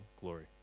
glory